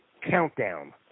Countdown